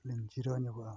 ᱞᱤᱧ ᱡᱤᱨᱟᱹᱣ ᱧᱚᱜᱚᱜᱼᱟ